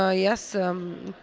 ah yes. um,